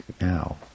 now